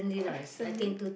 recently